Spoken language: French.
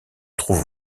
trouve